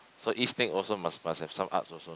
so eat snake also must must have some art also